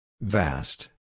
Vast